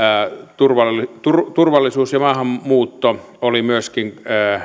turvallisuus turvallisuus ja maahanmuutto oli myöskin